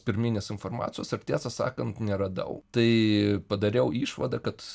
pirminės informacijos ir tiesą sakant neradau tai padariau išvadą kad